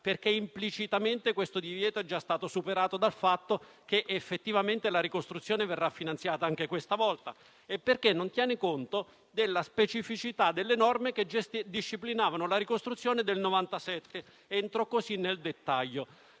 implicitamente questo divieto è già stato superato dal fatto che effettivamente la ricostruzione verrà finanziata anche questa volta. Inoltre, non si tiene conto della specificità delle norme che disciplinavano la ricostruzione del 1997. Entro così nel dettaglio.